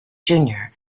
junior